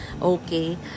okay